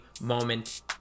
moment